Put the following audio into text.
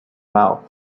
mouth